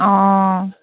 অঁ